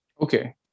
Okay